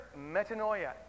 Metanoia